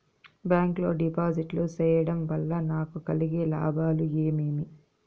Bank లో డిపాజిట్లు సేయడం వల్ల నాకు కలిగే లాభాలు ఏమేమి?